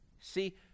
See